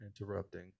interrupting